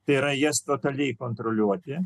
tėra jas totaliai kontroliuoti